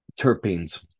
terpenes